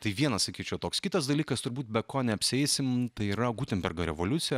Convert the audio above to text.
tai vienas sakyčiau toks kitas dalykas turbūt be ko neapsieisim tai yra gutenbergo revoliucija